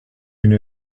une